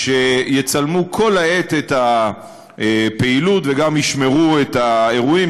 שיצלמו כל העת את הפעילות וגם ישמרו את האירועים,